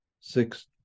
six